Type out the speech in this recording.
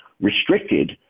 restricted